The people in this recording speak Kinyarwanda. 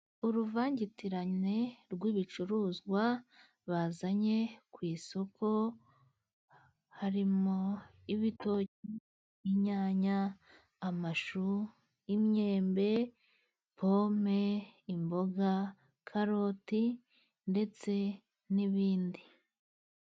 Uruvangitirane rw'ibicuruzwa bazanye ku isoko harimo: ibitoki, inyanya, amashu, imyembe, pome, imboga, karoti ndetse n'ibindi.